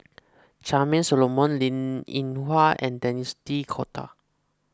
Charmaine Solomon Linn in Hua and Denis D'Cotta